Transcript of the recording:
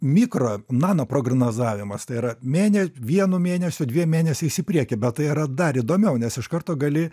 mikro nano prognozavimas tai yra mėne vienu mėnesiu dviem mėnesiais į priekį bet tai yra dar įdomiau nes iš karto gali